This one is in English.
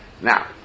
now